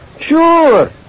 Sure